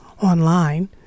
online